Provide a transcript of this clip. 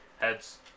Heads